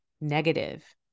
negative